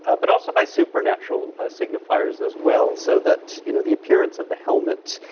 ah but also by supernatural signifiers, as well, so that, you know, the appearance of the helmet,